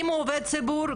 אם הוא עובד ציבור,